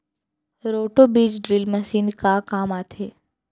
Roto बीज drill machine का काम आथे?